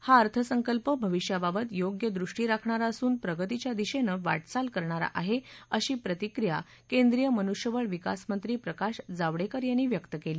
हा अर्थसंकल्प भविष्याबाबत योग्य दृष्टी राखणारा असून प्रगतीच्या दिशेनं वाटचाल करणारा आहे अशी प्रतिक्रिया केंद्रीय मनुष्यबळ विकास मंत्री प्रकाश जावडेकर यांनी व्यक्त केली